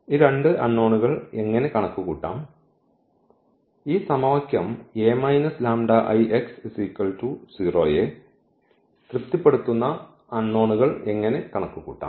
ഈ രണ്ട് അൺനോൺ കൾ എങ്ങനെ കണക്കുകൂട്ടാം ഈ സമവാക്യം യെ തൃപ്തിപ്പെടുത്തുന്ന അൺനോൺ കൾ എങ്ങനെ കണക്കുകൂട്ടാം